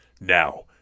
now